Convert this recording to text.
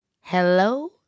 Hello